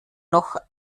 noch